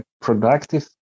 productive